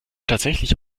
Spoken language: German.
tatsächlich